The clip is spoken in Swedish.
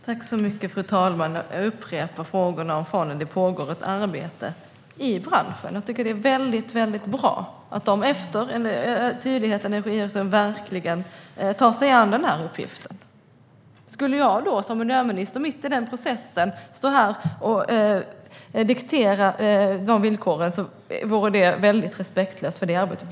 Fru talman! Angående fonden upprepar jag att det pågår ett arbete i branschen. Jag tycker att det är väldigt bra att de är tydliga i att verkligen ta sig an den här uppgiften. Skulle jag då som miljöminister mitt i den processen stå här och diktera villkoren vore det väldigt respektlöst mot det arbetet.